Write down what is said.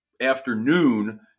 afternoon –